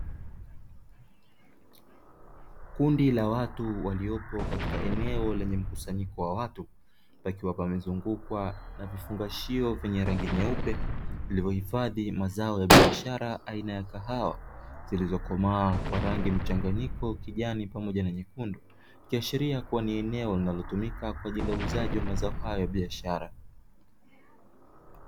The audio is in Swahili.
Kundi la watu waliopo katika eneo lenye mkusanyiko wa watu, pakiwa pamezungukwa na vifungashio vyenye rangi nyeupe; vilivyohifadhi mazao ya biashara aina ya kahawa, zilizokomaa kwa rangi mchanganyiko kijani pamoja na nyekundu, ikiashiria kuwa ni eneo linalotumika kwa ajili ya uuzaji wa mazao hayo ya biashara.